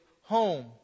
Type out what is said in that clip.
home